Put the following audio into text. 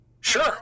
Sure